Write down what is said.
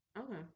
Okay